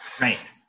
Right